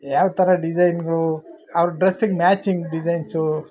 ಯಾವ ಥರ ಡಿಸೈನ್ಗಳು ಅವ್ರ ಡ್ರೆಸ್ಸಿಗೆ ಮ್ಯಾಚಿಂಗ್ ಡಿಸೈನ್ಸು